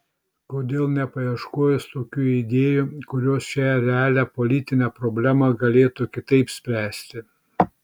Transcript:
kodėl nepaieškojus tokių idėjų kurios šią realią politinę problemą galėtų kitaip spręsti